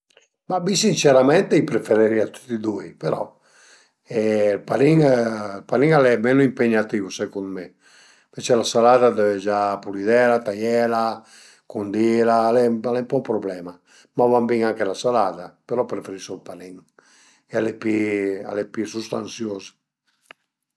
Ma mi sincerament i preferirìa tüti e dui, però ël panin ël panin al e menu impegnatìu secund mi ënvece la salada dëve gia pulidela, taiela, cundila al e al e ën po ün prublema, ma a va bin anche la salada, però preferisu ël panin e al e pi al e pi sustansius